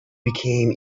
became